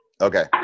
Okay